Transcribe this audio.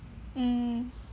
mm